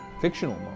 fictional